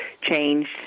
changed